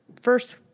first